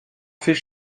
fait